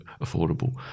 affordable